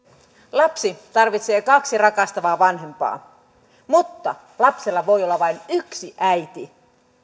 lapsi tarvitsee kaksi rakastavaa vanhempaa mutta lapsella voi olla vain yksi äiti